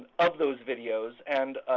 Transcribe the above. of those videos. and